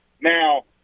Now